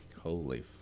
Holy